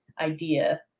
idea